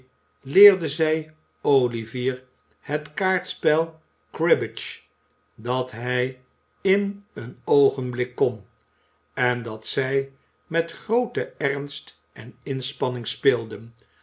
leerde zij olivier het kaartspel c r i b b a g e dat hij in een oogenblik kon en dat zij met grooten ernst en inspanning speelden